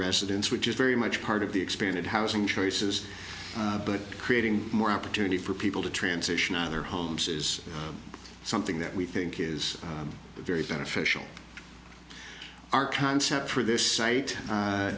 residents which is very much part of the expanded housing choices but creating more opportunity for people to transition out of their homes is something that we think is very beneficial our concept for this site